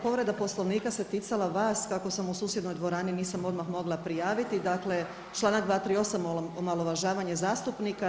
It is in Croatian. Povreda Poslovnika se ticala vas, kako sam u susjednoj dvorani, nisam odmah mogla prijaviti, dakle čl. 238., omalovažavanje zastupnika.